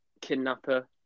kidnapper